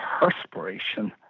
perspiration